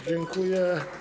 Dziękuję.